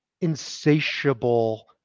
insatiable